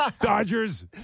Dodgers